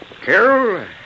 Carol